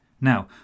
Now